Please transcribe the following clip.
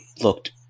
looked